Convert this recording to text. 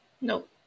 Nope